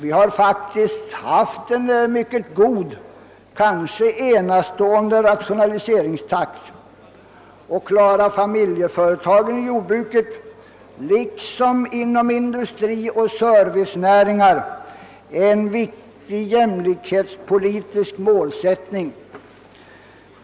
Vi har faktiskt hållit en mycket god, kanske enastående, rationaliseringstakt, och att klara familjeföretagen i jordbruket liksom inom industrioch servicenäringar är en viktig jämlikhetspolitisk målsättning.